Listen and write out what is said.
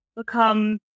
become